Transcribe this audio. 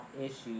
issues